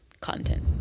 content